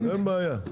אין בעיה.